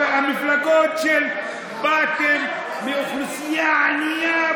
מפלגות שבאו מאוכלוסייה ענייה,